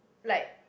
like